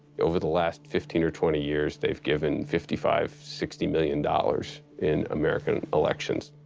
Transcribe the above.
over the last fifteen or twenty years, theyive given fifty five sixty million dollars in american elections.